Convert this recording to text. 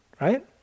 right